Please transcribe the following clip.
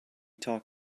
talk